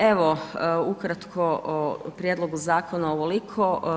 Evo, ukratko o prijedlogu zakona, ovoliko.